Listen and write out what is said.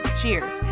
cheers